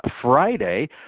Friday